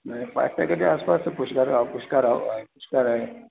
न फाय सागर जे आस पास त कुझु कोन्हे हा पुष्कर आहे पुष्कर आहे